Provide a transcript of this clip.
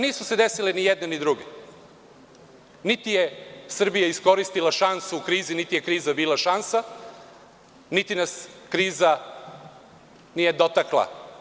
Nije se desilo ni jedno ni drugo, niti je Srbija iskoristila šansu u krizi, niti je kriza bila šansa, niti nas kriza nije dotakla.